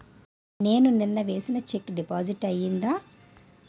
నేను నిన్న వేసిన చెక్ డిపాజిట్ అయిందా?